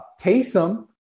Taysom –